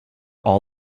all